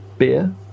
beer